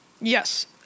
Yes